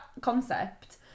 concept